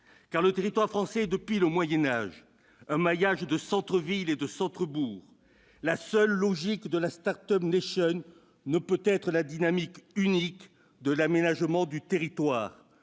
le territoire français est, depuis le Moyen Âge, un maillage de centres-villes et de centres-bourgs. La logique de la «» ne peut être la dynamique unique de l'aménagement du territoire.